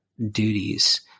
duties